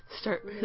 Start